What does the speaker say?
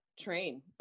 train